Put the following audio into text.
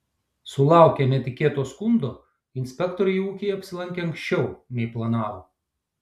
sulaukę netikėto skundo inspektoriai ūkyje apsilankė anksčiau nei planavo